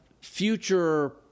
future